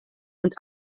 und